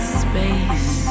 space